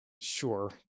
Sure